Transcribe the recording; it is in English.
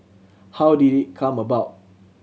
how did it come about